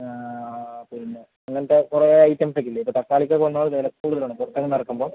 പിന്നെ അങ്ങനത്തെ കുറേ ഐറ്റംസ് ഒക്കെ ഇല്ലേ ഇപ്പം തക്കാളിക്ക് ഒക്കെ ഒന്നാമത് വില കൂടുതലാണ് നടക്കുമ്പം